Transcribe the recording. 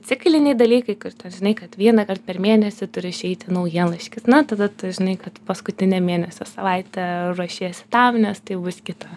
cikliniai dalykai kur žinai kad vienąkart per mėnesį turi išeiti naujienlaiškis na tada tu žinai kad paskutinę mėnesio savaitę ruošiesi tam nes tai bus kita